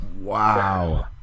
Wow